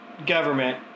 Government